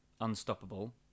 unstoppable